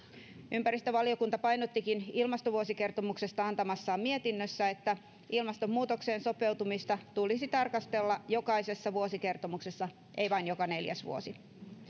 ympäristövaliokunta painottikin ilmastovuosikertomuksesta antamassaan mietinnössään että ilmastonmuutokseen sopeutumista tulisi tarkastella jokaisessa vuosikertomuksessa ei vain joka neljäs vuosi